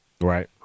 Right